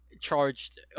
charged